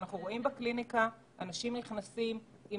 אנחנו רואים שאנשים נכנסים לקליניקה